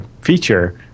feature